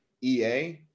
EA